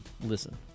listen